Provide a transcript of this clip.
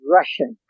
Russian